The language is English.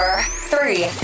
three